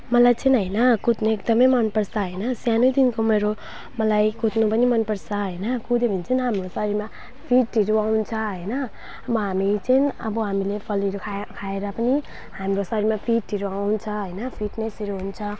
मलाई चाहिँ होइन कुद्नु एकदम मन पर्छ होइन सानैदेखिको मेरो मलाई कुद्नु पनि मन पर्छ होइन कुद्यो भने चाहिँ हाम्रो शरीरमा फिटहरू आउँछ होइन अब हामी चाहिँ अब हामीले फलहरू खायो खाएर पनि हाम्रो शरीरमा फिटहरू आउँछ होइन फिटनेसहरू हुन्छ